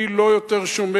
אני לא שומר יותר,